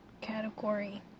category